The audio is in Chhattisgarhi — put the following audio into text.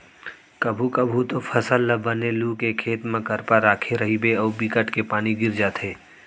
कभू कभू तो फसल ल बने लू के खेत म करपा राखे रहिबे अउ बिकट के पानी गिर जाथे